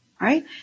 Right